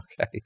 Okay